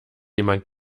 jemand